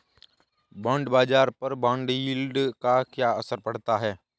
Bond बाजार पर bond yield का क्या असर पड़ता है?